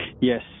Yes